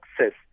access